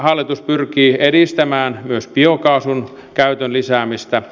hallitus pyrkii edistämään myös biokaasun käytön lisäämistä